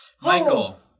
Michael